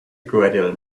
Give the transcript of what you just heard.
gradual